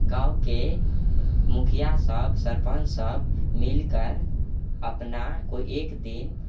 आओर गाँवके मुखिया सब सरपञ्च सब मिलकर अपना कोइ एक दिन